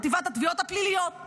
חטיבת התביעות הפליליות.